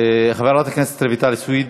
חברת הכנסת רויטל סויד?